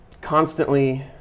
constantly